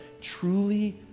truly